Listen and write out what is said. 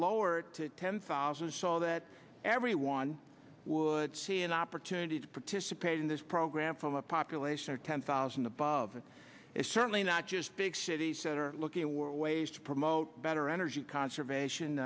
lower to ten thousand saw that everyone would see an opportunity to participate in this program from a population or ten thousand above is certainly not just big cities that are looking for ways to promote better energy conservation